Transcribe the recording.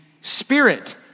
spirit